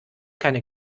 keine